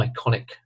iconic